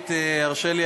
ראשית הרשה לי,